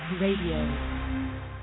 Radio